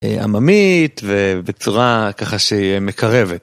עממית ובצורה ככה שהיא... מקרבת.